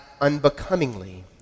unbecomingly